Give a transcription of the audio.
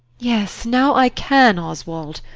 yes, now i can, oswald.